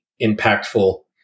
impactful